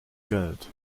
geld